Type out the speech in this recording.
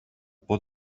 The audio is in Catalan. por